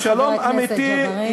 חבר הכנסת ג'בארין.